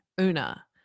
Una